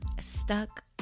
stuck